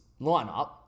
lineup